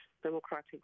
democratic